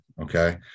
Okay